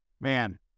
man